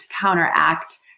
counteract